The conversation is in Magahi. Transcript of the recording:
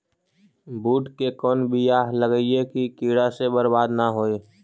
बुंट के कौन बियाह लगइयै कि कीड़ा से बरबाद न हो?